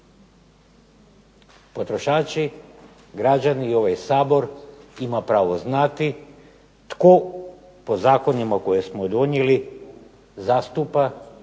Potrošači, građani i ovaj Sabor ima pravo znati tko po zakonima koje smo donijeli zastupa